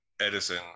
Edison